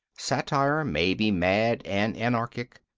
satire may be mad and anarchic,